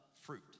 fruit